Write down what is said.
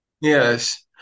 yes